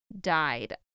died